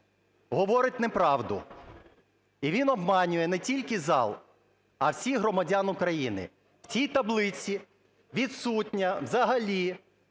говорить неправду. І він оманює не тільки зал, а й всіх громадян України. В цій таблиці відсутня взагалі